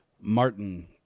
Martin